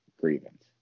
grievance